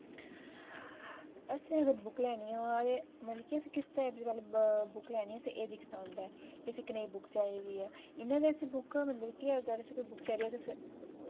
असें अगर बुक लैनी होऐ ते मतलब कि अस किस टाईप दी पैह्ले अस बुक लैनी अस एह् दिक्खना होंदा ऐ कनेही बुक चाहि्दी इ'यां ते अस बुक मतलब कि अगर असें गी कोई बुक चाहि्दी होऐ